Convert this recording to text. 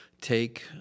take